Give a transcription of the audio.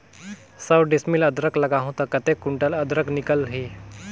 सौ डिसमिल अदरक लगाहूं ता कतेक कुंटल अदरक निकल ही?